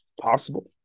possible